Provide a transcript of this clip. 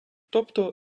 тобто